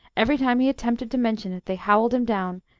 every time he attempted to mention it they howled him down,